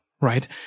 right